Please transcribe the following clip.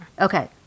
Okay